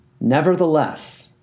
Nevertheless